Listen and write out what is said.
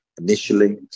initially